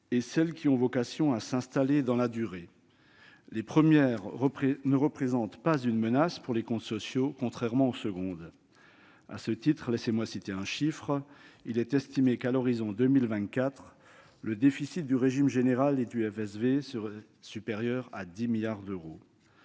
et celles qui ont vocation à s'installer dans la durée. Les premières ne représentent pas une menace pour les comptes sociaux, contrairement aux secondes. À ce titre, laissez-moi citer un chiffre : il est estimé qu'à l'horizon 2024, le déficit du régime général et du FSV serait supérieur à 10 milliards d'euros.